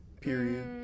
period